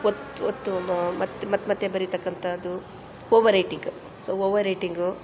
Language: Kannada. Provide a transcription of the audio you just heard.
ಒತ್ತು ಒತ್ತು ಮತ್ತು ಮತ್ತೆ ಬರೀತಕ್ಕಂಥದ್ದು ಓವರ್ ರೈಟಿಂಗ್ ಸೊ ಓವರ್ ರೈಟಿಂಗ